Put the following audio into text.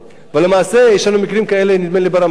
למעשה, יש לנו מקרים כאלה, נדמה לי, ברמת-גן.